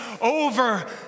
over